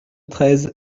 treize